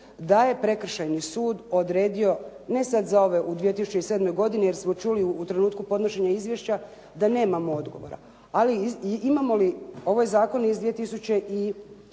da je Prekršajni sud odredio, ne sad za ove u 2007. godini, jer smo čuli u trenutku podnošenja izvješća da nemamo odgovora, ali imamo li. Ovo je zakon iz 2003.